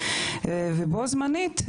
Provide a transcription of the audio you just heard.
ובו-זמנית,